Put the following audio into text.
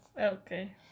Okay